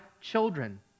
children